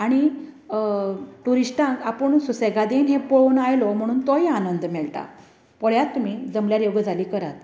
आनी टुरिश्टांक आपुणूच सुसेगादीन हें पळोवन आयलो म्हण तोय आनंद मेळटा पळयात तुमी जमल्यार ह्यो गजाली करात